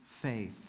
faith